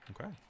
okay